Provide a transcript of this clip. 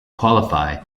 qualify